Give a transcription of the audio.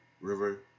River